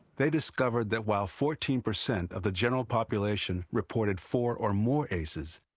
they discovered that while fourteen percent of the general population reported four or more aces,